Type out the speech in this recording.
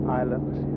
islands